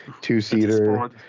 two-seater